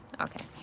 Okay